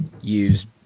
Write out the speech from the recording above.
use